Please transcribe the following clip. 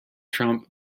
trump